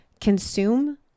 consume